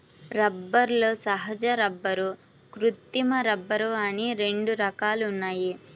రబ్బరులో సహజ రబ్బరు, కృత్రిమ రబ్బరు అని రెండు రకాలు ఉన్నాయి